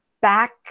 back